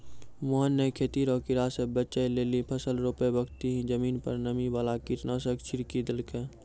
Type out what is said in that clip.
मोहन नॅ खेती रो कीड़ा स बचै लेली फसल रोपै बक्ती हीं जमीन पर नीम वाला कीटनाशक छिड़की देलकै